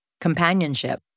companionship